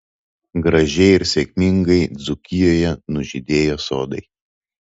gražiai ir sėkmingai dzūkijoje nužydėjo sodai